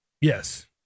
Yes